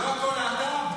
לא הכול להט"ב?